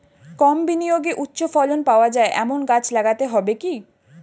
কম বিনিয়োগে উচ্চ ফলন পাওয়া যায় এমন গাছ লাগাতে হবে কি?